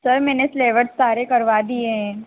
sir मैंने syllabus सारे करवा दिए हैं